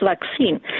vaccine